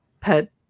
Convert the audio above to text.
pet